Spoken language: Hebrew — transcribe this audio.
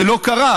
זה לא קרה.